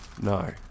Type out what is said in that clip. No